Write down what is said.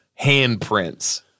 handprints